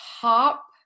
top